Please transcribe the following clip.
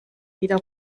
wieder